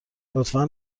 لطفا